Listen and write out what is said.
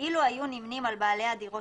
אילו היו נמנים על בעלי הדירות